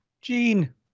Gene